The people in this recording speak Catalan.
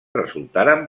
resultaren